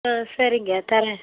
ஆ சரிங்க தரேன்